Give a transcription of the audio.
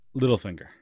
Littlefinger